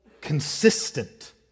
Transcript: consistent